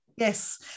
Yes